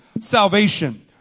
salvation